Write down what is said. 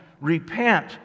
Repent